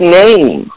name